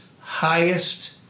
highest